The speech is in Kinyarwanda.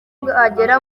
bwagera